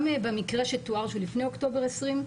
גם במקרה שתואר שלפני באוקטובר 20',